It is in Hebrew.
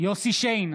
יוסף שיין,